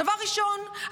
דבר ראשון,